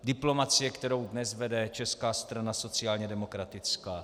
Diplomacie, kterou dnes vede Česká strana sociálně demokratická.